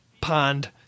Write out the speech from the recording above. pond